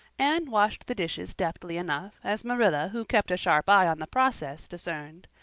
anne washed the dishes deftly enough, as marilla who kept a sharp eye on the process, discerned.